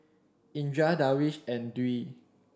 Indra Darwish and Dwi